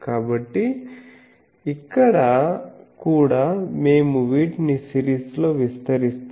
కాబట్టి ఇక్కడ కూడా మేము వీటిని సిరీస్లో విస్తరిస్తాము